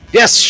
Yes